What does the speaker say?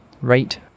rate